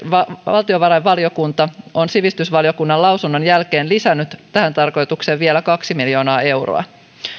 valtiovarainvaliokunta on sivistysvaliokunnan lausunnon jälkeen lisännyt tähän tarkoitukseen vielä kaksi miljoonaa euroa